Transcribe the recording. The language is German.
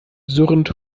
surrend